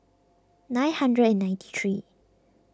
nine hundred and ninety three